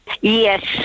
Yes